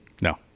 no